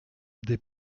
des